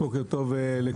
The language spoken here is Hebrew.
בוקר טוב לכולם.